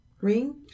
Ring